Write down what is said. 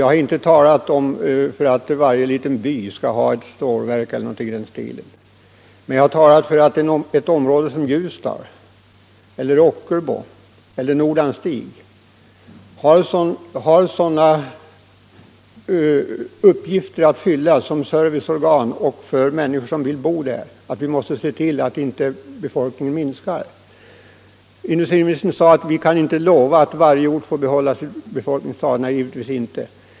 Jag har inte talat för att varje liten by skall ha ett stålverk eller någonting i den stilen, men jag har talat för att exempelvis Ljusdal, Ockelbo eller Nordanstig har sådana uppgifter att fylla när det gäller servicen för de människor som vill bo där att vi måste se till att befolkningen i dessa områden får arbete och att befolkningen blir tillräcklig för erforderlig service. Industriministern sade: Vi kan inte lova att varje ort får behålla sitt befolkningstal. Nej, givetvis inte.